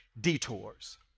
detours